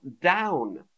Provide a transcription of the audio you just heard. Down